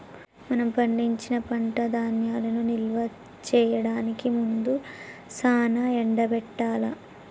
మనం పండించిన పంట ధాన్యాలను నిల్వ చేయడానికి ముందు సానా ఎండబెట్టాల్ల